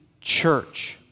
church